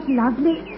lovely